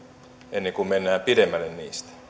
ennen kuin mennään pidemmälle niistä